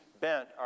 bent